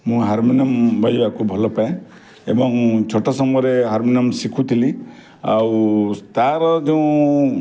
ମୁଁ ହାରମୋନିୟମ୍ ବଜେଇବାକୁ ଭଲ ପାଏ ଏବଂ ମୁଁ ଛୋଟ ସମୟରେ ହାରମୋନିୟମ୍ ଶିଖୁଥିଲି ଆଉ ତାର ଯେଉଁ